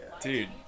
Dude